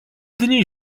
dni